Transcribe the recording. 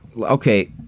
Okay